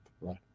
Right